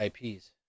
ips